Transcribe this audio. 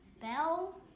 Bell